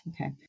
Okay